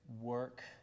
work